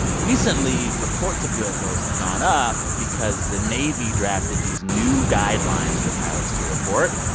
recently, reports of ufos have gone up because the navy drafted these new guidelines for pilots to report.